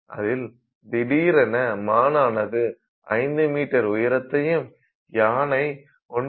அதில் திடீரென மானானது 5 மீட்டர் உயரத்தையும் யானை 1